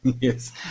yes